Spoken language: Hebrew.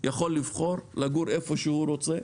יכול לבחור לגור איפה שהוא רוצה.